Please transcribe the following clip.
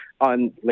On